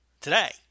today